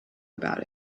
about